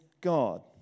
God